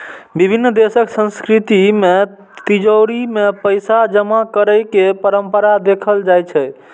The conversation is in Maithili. विभिन्न देशक संस्कृति मे तिजौरी मे पैसा जमा करै के परंपरा देखल जाइ छै